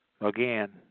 Again